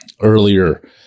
earlier